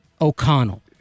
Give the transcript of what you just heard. O'Connell